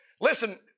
listen